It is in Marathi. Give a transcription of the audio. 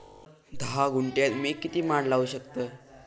धा गुंठयात मी किती माड लावू शकतय?